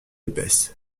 épaisses